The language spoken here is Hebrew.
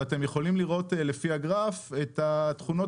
ואתם יכולים לראות לפי הגרף את התכונות